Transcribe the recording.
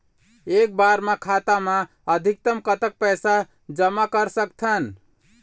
एक बार मा खाता मा अधिकतम कतक पैसा जमा कर सकथन?